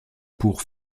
pour